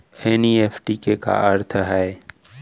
NEFT के का अर्थ है?